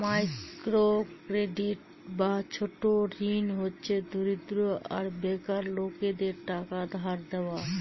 micro credit বা ছোট ঋণ হচ্ছে দরিদ্র আর বেকার লোকেদের টাকা ধার দেওয়া